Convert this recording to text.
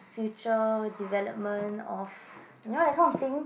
future development of you know that kind of thing